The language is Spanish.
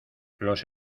los